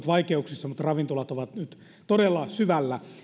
vaikeuksissa mutta ravintolat ovat nyt todella syvällä